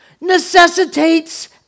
necessitates